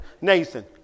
Nathan